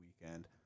weekend